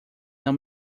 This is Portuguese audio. não